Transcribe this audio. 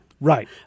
Right